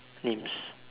names